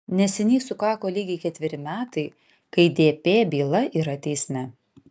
neseniai sukako lygiai ketveri metai kai dp byla yra teisme